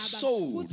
sold